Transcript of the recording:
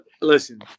Listen